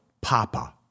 Papa